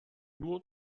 nur